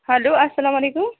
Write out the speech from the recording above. hello اَسلامُ علیکُم